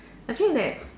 I feel that